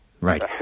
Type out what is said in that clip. right